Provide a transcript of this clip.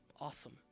awesome